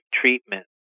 treatment